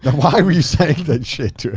why were you saying that shit to